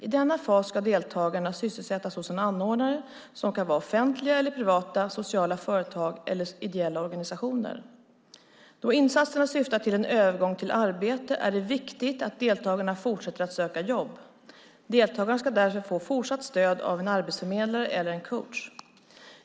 I denna fas ska deltagarna sysselsättas hos anordnare som kan vara offentliga eller privata, sociala företag eller ideella organisationer. Då insatserna syftar till en övergång till arbete är det viktigt att deltagarna fortsätter att söka jobb. Deltagarna ska därför få fortsatt stöd av en arbetsförmedlare eller en coach.